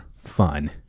fun